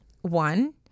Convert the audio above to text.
One